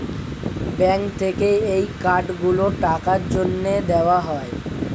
bank থেকে এই card গুলো টাকার জন্যে দেওয়া হয়